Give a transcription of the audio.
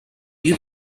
you